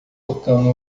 tocando